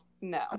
No